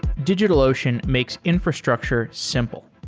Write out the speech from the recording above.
digitalocean makes infrastructure simple.